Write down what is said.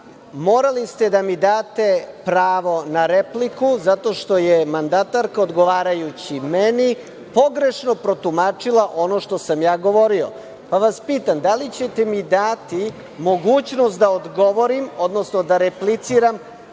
Morali ste da mi date pravo na repliku zato što je mandatorka odgovarajući meni pogrešno protumačila ono što sam ja govorio. Pa, vas pitam, da li ćete mi dati mogućnost da odgovorim, odnosno da repliciram